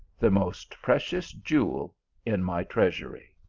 the most precious jewel in my treasury.